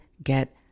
get